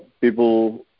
people